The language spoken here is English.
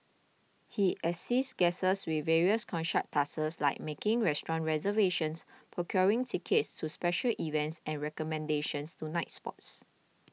he assists guests with various concierge tasks like making restaurant reservations procuring tickets to special events and recommendations to nightspots